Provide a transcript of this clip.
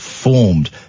formed